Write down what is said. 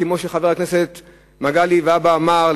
או כמו שחבר הכנסת מגלי והבה אמר,